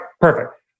perfect